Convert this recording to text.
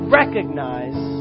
recognize